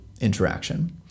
interaction